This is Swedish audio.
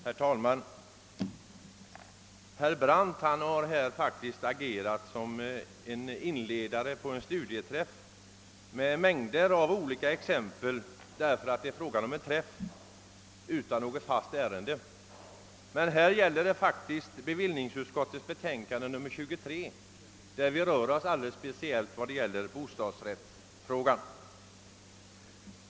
Herr talman! Herr Brandt har här faktiskt agerat som en inledare på en studieträff med mängder av olika exempel, som om det vore fråga om en träff utan något bestämt ärende. Men här gäller det faktiskt bevillningsutskottets betänkande nr 23, som alldeles speciellt tar upp bostadsrättsfrågan.